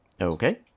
Okay